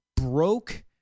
Broke